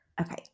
Okay